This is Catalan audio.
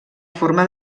forma